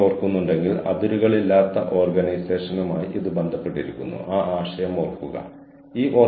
ക്യാമറയ്ക്ക് മുന്നിൽ ഇരുന്നു ശൂന്യമായ ക്ലാസ് മുറിയിൽ സംസാരിക്കുന്നത് എളുപ്പമല്ല